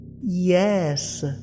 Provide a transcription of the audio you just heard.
Yes